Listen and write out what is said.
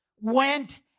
went